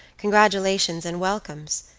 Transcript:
congratulations, and welcomes.